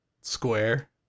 square